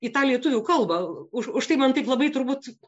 į tą lietuvių kalba už tai man tik labai turbūt